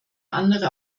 andere